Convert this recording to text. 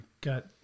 got